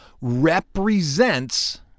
represents